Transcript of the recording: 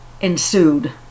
ensued